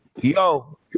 Yo